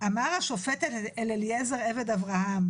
אמר השופט אל אליעזר עבד אברהם